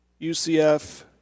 UCF